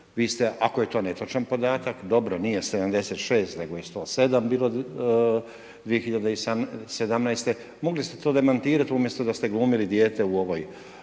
ako je to netočan podatak, dobro nije 76 nego je 107 bilo 2017. mogli ste to demantirati umjesto da ste glumili dijete u ovoj